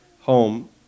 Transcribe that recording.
home